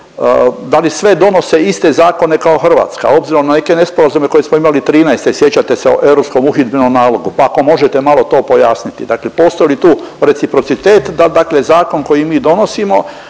da li sve donose iste zakone kao Hrvatska obzirom na neke nesporazume koje smo imali '13.-te sjećate se o europskom uhidbenom nalogu, pa ako možete malo to pojasniti. Dakle, postoji tu reciprocitet da dakle zakon koji mi donosimo.